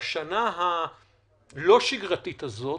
שבשנה הלא-שגרתית הזאת,